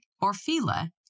Orfila